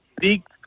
big